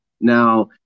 Now